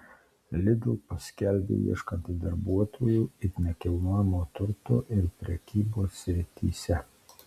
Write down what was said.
lidl paskelbė ieškanti darbuotojų it nekilnojamojo turto ir prekybos srityse